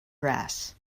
grass